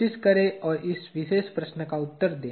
कोशिश करें और इस विशेष प्रश्न का उत्तर दें